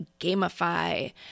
gamify